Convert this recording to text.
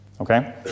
okay